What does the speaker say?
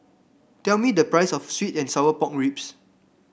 tell me the price of sweet and Sour Pork Ribs